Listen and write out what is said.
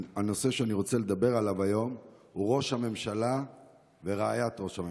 הנושא שאני רוצה לדבר עליו היום הוא ראש הממשלה ורעיית ראש הממשלה.